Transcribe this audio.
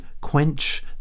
quench